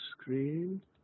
screen